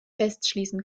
festschließen